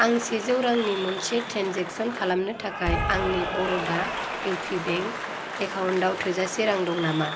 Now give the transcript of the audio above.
आं सेजौ रांनि मोनसे ट्रेनजेक्सन खालामनो थाखाय आंनि बर'डा इउपि बेंक एकाउन्ट आव थोजासे रां दं नामा